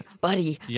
buddy